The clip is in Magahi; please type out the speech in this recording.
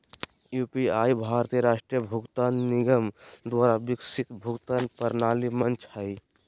यू.पी.आई भारतीय राष्ट्रीय भुगतान निगम द्वारा विकसित भुगतान प्रणाली मंच हइ